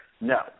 No